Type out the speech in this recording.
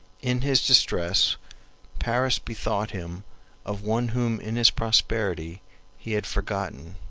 in his distress paris bethought him of one whom in his prosperity he had forgotten.